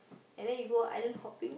and then you go island hopping